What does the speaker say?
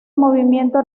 movimiento